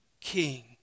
king